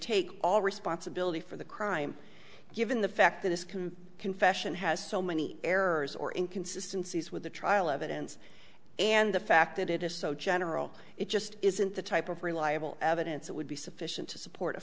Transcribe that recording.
take all responsibility for the crime given the fact that it's confession has so many errors or inconsistency is with the trial evidence and the fact that it is so general it just isn't the type of reliable evidence that would be sufficient to support a